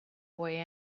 boy